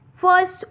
First